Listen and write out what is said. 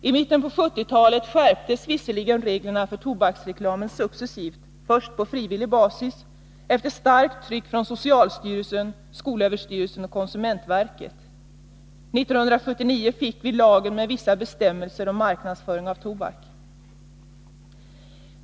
I mitten av 1970-talet skärptes visserligen reglerna för tobaksreklamen successivt, först på frivillig basis, efter starkt tryck från socialstyrelsen, skolöverstyrelsen och konsumentverket. 1979 fick vi ”lagen med vissa bestämmelser om marknadsföring av tobaksvaror”.